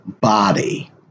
body